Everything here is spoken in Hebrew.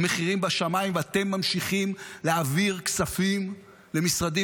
המחירים בשמיים ואתם ממשיכים להעביר כספים למשרדים